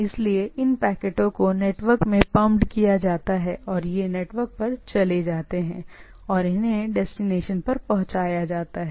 इसलिए इन पैकेटों को नेटवर्क में पंपड किया जाता है और ये नेटवर्क पर चले जाते हैं और इन्हें डेस्टिनेशन पर पहुंचाया जाता है